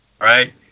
right